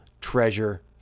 treasure